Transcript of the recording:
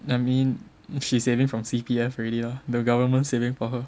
I mean she saving from C_P_F already ah the government saving for her